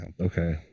Okay